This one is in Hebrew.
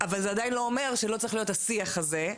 אבל זה עדיין לא אומר שלא צריך להיות השיח הזה,